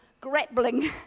grappling